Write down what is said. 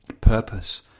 purpose